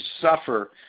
suffer